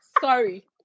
sorry